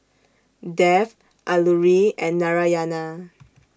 Dev Alluri and Narayana